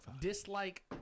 dislike